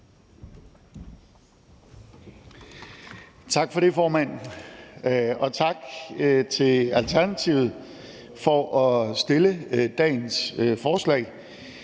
Tak for det, formand. Tak til Alternativet for at have fremsat dagens forslag.